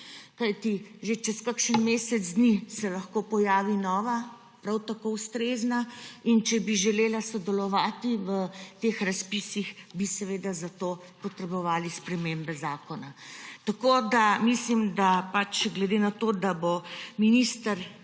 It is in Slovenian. kajti že čez kakšen mesec dni se lahko pojavi nova, prav tako ustrezna, in če bi želela sodelovati v teh razpisih, bi seveda za to potrebovali spremembe zakona. Glede na to, da bosta minister